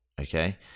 okay